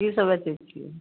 की सब बेचै छियै